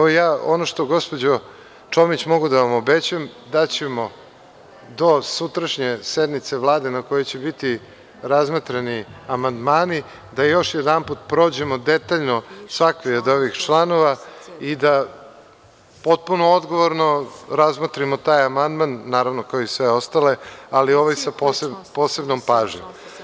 Ono što gospođo Čomić mogu da vam obećam, daćemo do sutrašnje sednice Vlade na kojoj će biti razmatrani amandmani da još jednom prođemo detaljno svaki od ovih članova i da potpuno odgovorno razmotrimo taj amandman, kao i sve ostale, ali ovaj sa posebnom pažnjom.